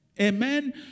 Amen